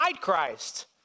Christ